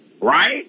Right